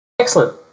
Excellent